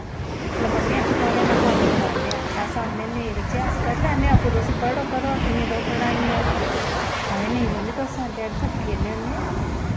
होर बी जेह्ड़ियां जिमिदारें दियां स्हूलतां नै जिमिदारें दे कर्जे इत्थें गरीबैं लोकें गी कर्जा थ्होंदा कुसै नी जिमीदार